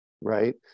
Right